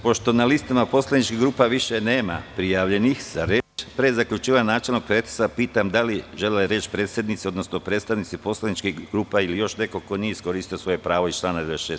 Pošto na listama poslaničkih grupa više nema prijavljenih za reč, pre zaključivanja načelnog pretresa, pitam da li žele reč predsednici, odnosno predstavnici poslaničkih grupa ili još neko ko nije iskoristio svoje pravo iz člana 96.